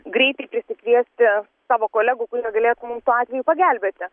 greitai prisikviesti savo kolegų kurie galėtų mum tuo atveju pagelbėti